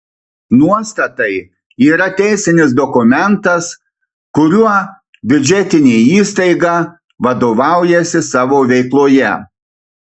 nuostatai yra teisinis dokumentas kuriuo biudžetinė įstaiga vadovaujasi savo veikloje